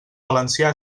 valencià